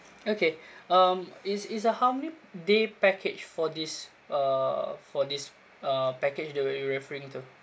okay um it's it's a how many day package for this uh for this uh package that you're referring to